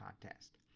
contest